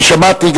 כי שמעתי,